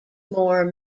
more